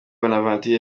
bonaventure